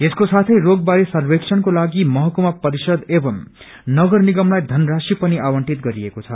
यसेको साथैइ रोग बारे सर्वोक्षणकोलागि महकुमा परिषद अनि नगर निगमलाई धन राशि पनि आवंटित गरिएको छ